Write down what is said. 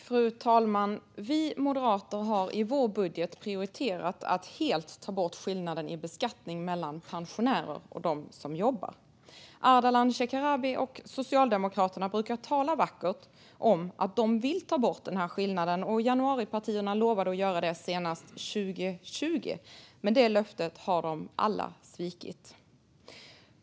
Fru talman! Vi moderater har i vår budget prioriterat att helt ta bort skillnaden i beskattning mellan pensionärer och dem som jobbar. Ardalan Shekarabi och Socialdemokraterna brukar tala vackert om att de vill ta bort den här skillnaden. Januaripartierna lovade att göra detta senast 2020, men det löftet har de alla svikit.